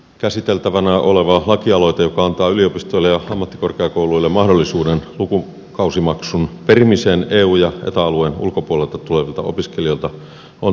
käsiteltävänä oleva lakialoite joka antaa yliopistoille ja ammattikorkeakouluille mahdollisuuden lukukausimaksun perimiseen eu ja eta alueen ulkopuolelta tulevilta opiskelijoilta on tervetullut